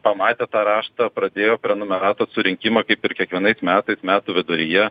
pamatę tą raštą pradėjo prenumeratos surinkimą kaip ir kiekvienais metais metų viduryje